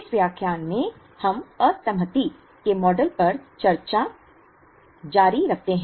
इस व्याख्यान में हम असहमति के मॉडल पर चर्चा जारी रखते हैं